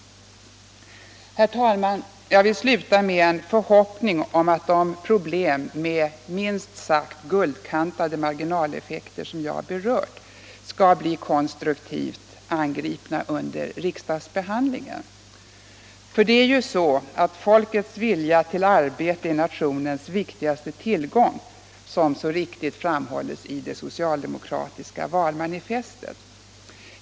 Herr talman! Jag vill sluta med en förhoppning om att det problem med minst sagt guldkantade marginaleffekter som jag berört skall konstruktivt angripas under riksdagsbehandlingen. Ty ”folkets vilja till arbete är nationens viktigaste tillgång”, som det så riktigt framhålls i det socialdemokratiska valmanifestet.